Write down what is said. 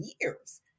years